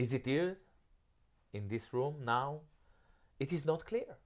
is it is in this room now it is not clear